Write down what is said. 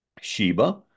Sheba